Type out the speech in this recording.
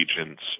agents